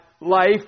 life